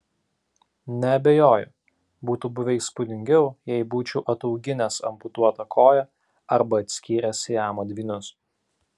neabejoju būtų buvę įspūdingiau jei būčiau atauginęs amputuotą koją arba atskyręs siamo dvynius